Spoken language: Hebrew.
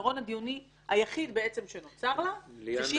היתרון הדיוני היחיד שבעצם נוצר לה זה שהיא